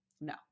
No